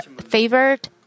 favored